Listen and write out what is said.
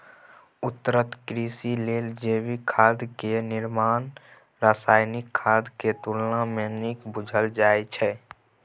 उन्नत कृषि लेल जैविक खाद के निर्माण रासायनिक खाद के तुलना में नीक बुझल जाइ छइ